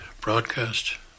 broadcast